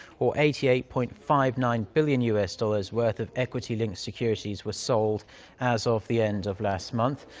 or eighty eight point five nine billion u s. dollars. worth of equity-linked securities were sold as of the end of last month.